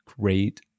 great